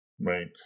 right